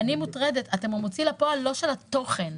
אתם לא המוציא לפועל של התוכן,